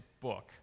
book